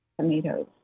tomatoes